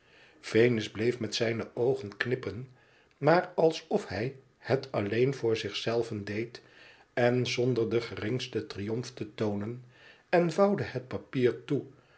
venus bleef met zijne oogen knippen maar alsof hij het alleen voor zich zei ven deed en zonderden genngsten triomf te toonei en vouwde het papier toe